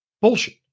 Bullshit